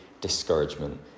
discouragement